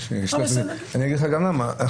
אני אגיד לך גם למה.